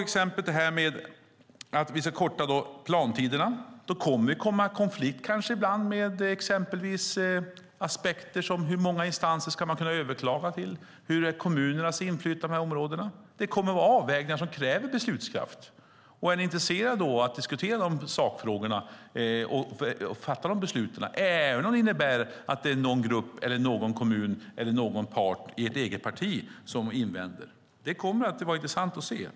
Exemplet att vi ska korta plantiderna kommer kanske ibland i konflikt med exempelvis aspekter som hur många instanser man ska kunna överklaga till, hur kommunernas inflytande är på de här områdena. Det kommer att vara avvägningar som kräver beslutskraft. Är ni då intresserade av att diskutera de sakfrågorna och fatta de besluten även om det innebär att någon grupp, någon kommun eller någon part i ert eget parti invänder? Det kommer att bli intressant att se.